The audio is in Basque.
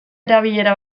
erabilera